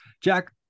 Jack